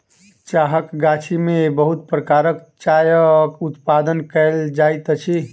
चाहक गाछी में बहुत प्रकारक चायक उत्पादन कयल जाइत अछि